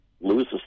Loses